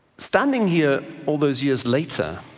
standing here all those years later,